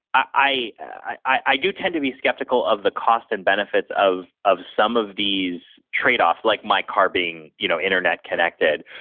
i i do tend to be skeptical of the cost and benefits of of some of these tradeoffs, like my car being you know internet connected,